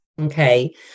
Okay